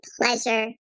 pleasure